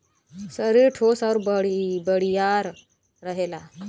सरीर ठोस आउर बड़ियार रहेला